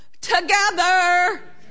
together